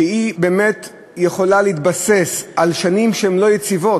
שבאמת יכולה להתבסס על שנים שהן לא יציבות,